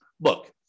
look